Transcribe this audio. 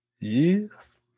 Yes